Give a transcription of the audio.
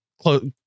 close